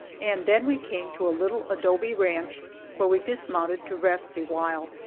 and then we came to a little adobe ranch where we dismounted to rest a while.